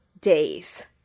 days